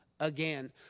Again